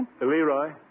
Leroy